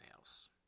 else